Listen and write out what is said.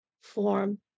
form